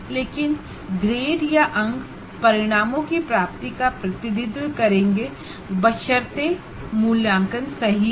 लेकिन ग्रेड या अंक अटैनमेंट ऑफ़ आउटकम बताएंगे बशर्ते मूल्यांकन सही हो